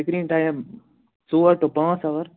screen time ژور to پانٛژھ اَوَر